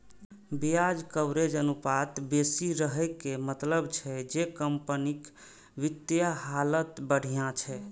ब्याज कवरेज अनुपात बेसी रहै के मतलब छै जे कंपनीक वित्तीय हालत बढ़िया छै